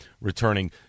returning